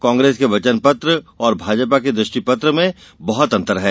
कांग्रेस के वचनपत्र और भाजपा के दृष्टिपत्र में बहत अंतर है